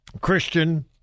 Christian